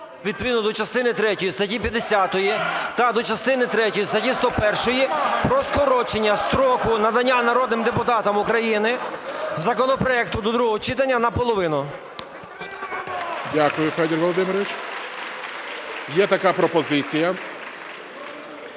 відповідно до частини третьої статті 50 та до частини третьої статті 101 про скорочення строку надання народним депутатам України законопроекту до другого читання наполовину. (Шум у залі) ГОЛОВУЮЧИЙ. Дякую, Федір Володимирович. Є така пропозиція,